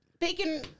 bacon